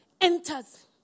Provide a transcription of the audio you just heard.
enters